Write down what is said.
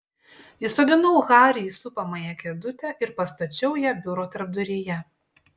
įsodinau harį į supamąją kėdutę ir pastačiau ją biuro tarpduryje